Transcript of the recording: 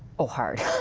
ah hard.